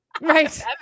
Right